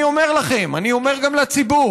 אני אומר לכם, ואני אומר גם לציבור: